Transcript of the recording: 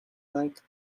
like